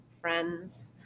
friends